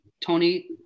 Tony